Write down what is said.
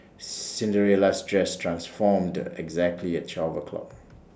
Cinderella's dress transformed exactly at twelve o'clock